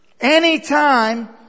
Anytime